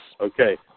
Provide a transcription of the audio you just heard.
Okay